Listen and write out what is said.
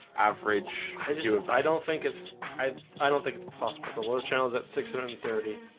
average i do if i don't think it's i i don't think the possible those channels at six hundred and thirty.